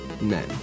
men